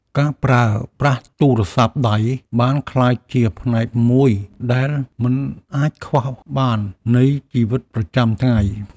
ការប្រើប្រាស់ទូរស័ព្ទដៃបានក្លាយជាផ្នែកមួយដែលមិនអាចខ្វះបាននៃជីវិតប្រចាំថ្ងៃ។